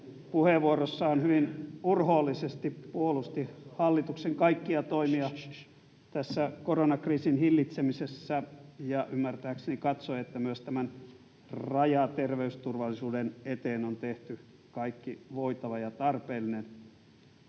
puheenvuorossaan hyvin urhoollisesti puolusti hallituksen kaikkia toimia tässä koronakriisin hillitsemisessä ja ymmärtääkseni katsoi, että myös tämän rajaterveysturvallisuuden eteen on tehty kaikki voitava ja tarpeellinen.